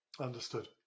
Understood